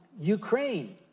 Ukraine